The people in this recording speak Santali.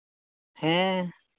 ᱦᱮᱸ